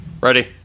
Ready